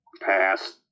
pass